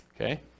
Okay